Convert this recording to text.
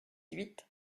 huit